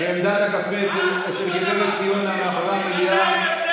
בעמדת הקפה של גב' ציונה מאחורי המליאה.